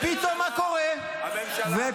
הממשלה.